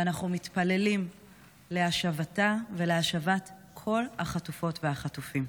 ואנחנו מתפללים להשבתה ולהשבת כל החטופות והחטופים.